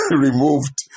removed